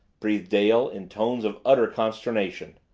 breathed dale in tones of utter consternation.